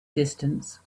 distance